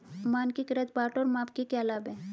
मानकीकृत बाट और माप के क्या लाभ हैं?